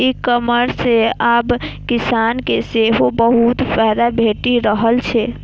ई commerce सं आब किसान के सेहो बहुत फायदा भेटि रहल छै